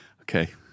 Okay